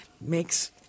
makes